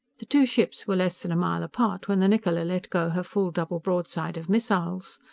the two ships were less than a mile apart when the niccola let go her full double broadside of missiles.